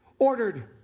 ordered